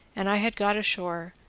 and i had got ashore,